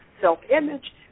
self-image